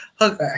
Okay